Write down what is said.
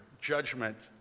judgment